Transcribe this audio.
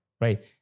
Right